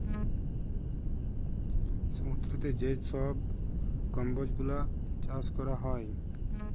সমুদ্দুরেতে যে ছব কম্বজ গুলা চাষ ক্যরা হ্যয়